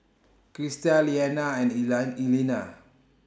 Krysta Leanna and Elena